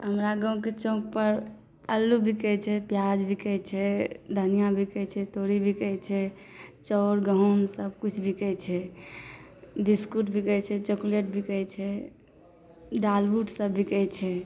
हमरा गामके चौकपर अल्लू बिकै छै पिआज बिकै छै धनिआ बिकै छै तोरी बिकै छै चाउर गहूम सबकिछु बिकै छै बिसकुट बिकै छै चॉकलेट बिकै छै दालमोठसब बिकै छै